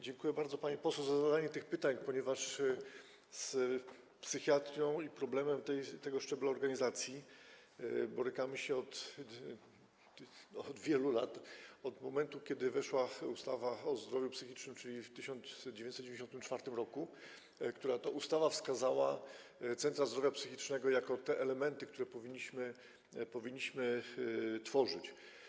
Dziękuję bardzo pani poseł za zadanie tych pytań, ponieważ z psychiatrią i problemem tego szczebla organizacji borykamy się od wielu lat, od momentu kiedy weszła ustawa o zdrowiu psychicznym, czyli 1994 r., która to ustawa wskazała centra zdrowia psychicznego jako te elementy, które powinniśmy tworzyć.